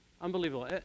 unbelievable